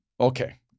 okay